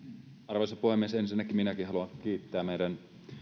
arvoisa puhemies ensinnäkin minäkin haluan kiittää meidän